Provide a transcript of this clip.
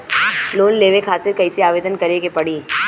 Loan लेवे खातिर कइसे आवेदन करें के पड़ी?